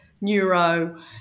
neuro